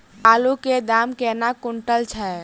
आलु केँ दाम केना कुनटल छैय?